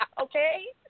Okay